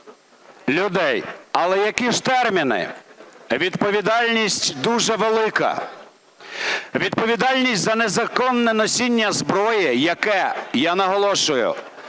людей. Але які ж терміни? Відповідальність дуже велика. Відповідальність за незаконне носіння зброї, яке, я наголошую,